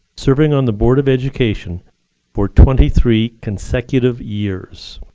serving on the board of education for twenty three consecutive years.